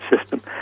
system